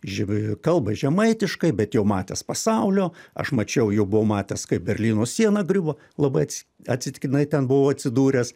živ kalba žemaitiškai bet jau matęs pasaulio aš mačiau jau buvo matęs kaip berlyno siena griuvo labai ats atsitiktinai ten buvau atsidūręs